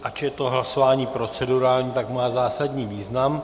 Ač je to hlasování procedurální, tak má zásadní význam.